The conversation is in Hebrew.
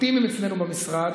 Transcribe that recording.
אופטימיים אצלנו במשרד,